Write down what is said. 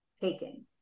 taking